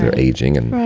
and aging and